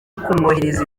kumwohereza